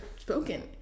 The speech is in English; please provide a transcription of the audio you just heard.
spoken